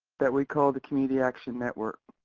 that we call the community action network.